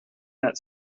that